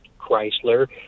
Chrysler